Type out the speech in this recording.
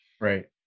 Right